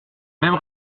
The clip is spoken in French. même